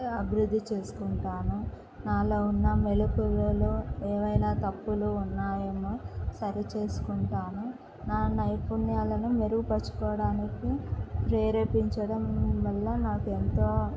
అభివృద్ధి చేసుకుంటాను నాలో ఉన్న మెళకువలు ఏవైనా తప్పులు ఉన్నాయేమో సరిచేసుకుంటాను నా నైపుణ్యాలను మెరుగుపరచుకోవడానికి ప్రేరేపించడం వల్ల నాకు ఎంతో